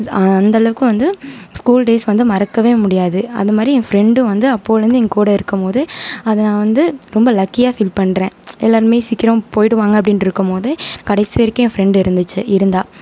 அந்தளவுக்கு வந்து school days வந்து மறக்கவே முடியாது அந்தமாதிரி என் ஃப்ரெண்டும் வந்து அப்போதிலருந்து என் கூட இருக்கும்போது அதை நான் வந்து ரொம்ப லக்கியாக ஃபீல் பண்ணுறேன் எல்லாேருமே சீக்கிரம் போய்விடுவாங்க அப்படின் இருக்கும்போது கடைசி வரைக்கும் என் ஃப்ரெண்டு இருந்துச்சு இருந்தாள்